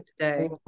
today